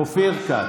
אופיר כץ.